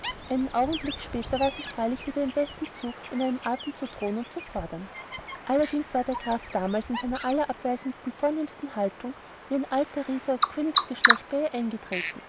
einen augenblick später war sie freilich wieder im besten zug in einem atem zu drohen und zu fordern allerdings war der graf damals in seiner allerabweisendsten vornehmsten haltung wie ein alter riese aus königsgeschlecht bei ihr eingetreten